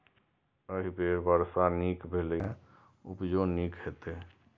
एहि बेर वर्षा नीक भेलैए, तें उपजो नीके हेतै